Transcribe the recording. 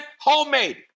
homemade